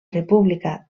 república